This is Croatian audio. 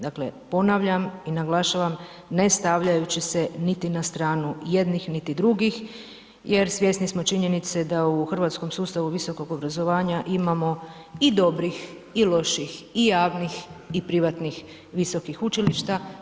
Dakle ponavljam i naglašavam ne stavljajući se niti na stranu jednih, niti drugih jer svjesni smo činjenice da u hrvatskom sustavu visokog obrazovanja imamo i dobrih i loših, i javnih i privatnih visokih učilišta.